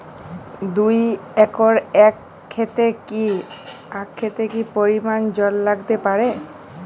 দুই একর আক ক্ষেতে কি পরিমান জল লাগতে পারে?